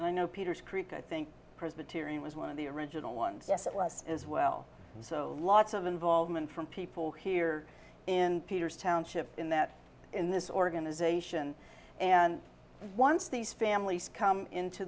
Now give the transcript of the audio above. and i know peter's creek i think presbyterian was one of the original ones yes it was as well so lots of involvement from people here in peter's township in that in this organization and once these families come into